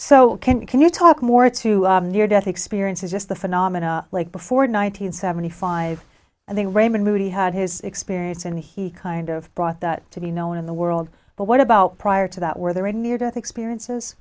so can you talk more to near death experiences just the phenomena like before nine hundred seventy five i mean raymond moody had his experience and he kind of brought that to be known in the world but what about prior to that where there were near death experiences